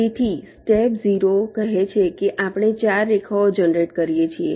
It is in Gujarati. તેથી સ્ટેપ 0 કહે છે કે આપણે 4 રેખાઓ જનરેટ કરીએ છીએ